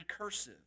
recursive